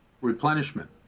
replenishment